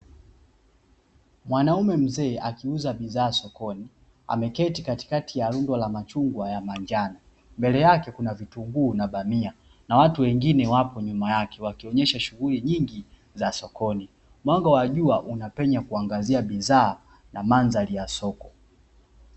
Mwanaume mzee akiuza bidhaa sokoni ameketi katikati ya rundo la machungwa ya manjano, mbele yake kuna vitinguu na bamia na watu wengine wapo nyuma yake wakionyesha shughuli nyingi za sokoni, mwanga wa jua unapenya kuangazia bidhaa na mandhari ya soko.